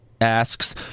Asks